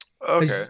Okay